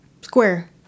Square